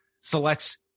selects